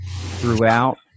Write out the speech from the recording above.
throughout